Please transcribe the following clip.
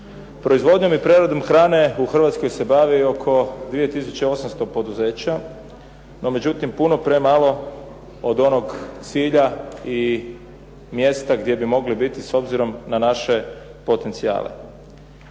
Proizvodnjom i preradom hrane u Hrvatskoj se bavi oko 2800 poduzeća, no međutim puno premalo od onog cilja i mjesta gdje bi mogli biti s obzirom na naše potencijale.